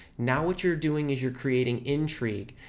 now what you're doing is you're creating intrigue.